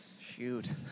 Shoot